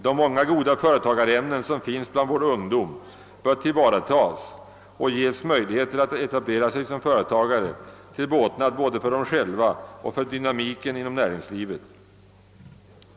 De många goda företagarämnen, som finns bland vår ungdom, bör tillvaratas och ges möjligheter att etablera sig som företagare, till båtnad både för dem själva och för dynamiken inom näringslivet.